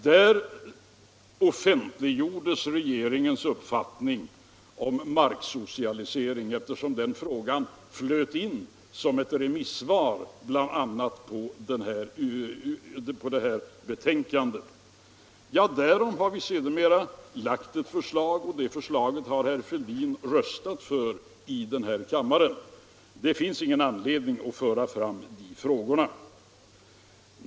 Där offentliggjordes regeringens uppfattning om marksocialisering, eftersom den frågan flöt in bl.a. som ett remissvar på betänkandet. Därom har vi sedermera lagt ett förslag, och det förslaget har herr Fälldin röstat för i denna kammare. Det finns ingen anledning att föra fram den frågan.